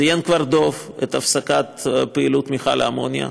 ציין כבר דב את הפסקת פעילות מכל האמוניה,